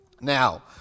Now